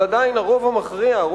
אבל עדיין הרוב המכריע,